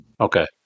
okay